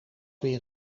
weer